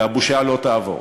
והבושה לא תעבור.